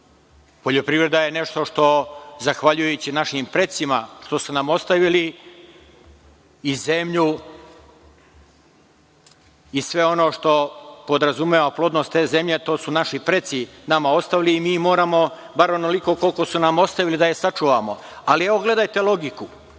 Poljoprivreda je nešto što zahvaljujući našim precima, što su nam ostavili i zemlju i sve ono što podrazumeva plodnost te zemlje, to su naši preci nama ostavili i mi moramo bar onoliko koliko su nam ostavili da je sačuvamo. Ali, gledajte logiku.